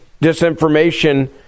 disinformation